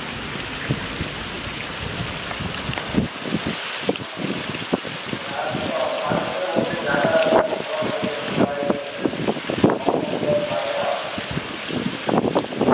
ᱮᱸ ᱟᱨ ᱚᱻ ᱟᱫᱚ ᱯᱟᱸᱪ ᱵᱚᱪᱷᱚᱨ ᱢᱩᱫᱽ ᱨᱮ ᱯᱷᱚᱞᱚᱱ ᱦᱩᱭᱩᱜ ᱡᱟᱦᱟᱸᱴᱟᱜ ᱫᱟᱨᱮ ᱠᱚᱢᱼᱥᱚᱢ ᱛᱮ ᱵᱟᱝ ᱧᱟᱢᱚᱜᱼᱟ